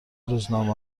روزنامه